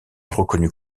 reconnu